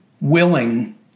willing